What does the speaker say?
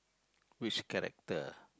which character